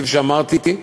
כפי שאמרתי,